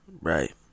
Right